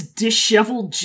disheveled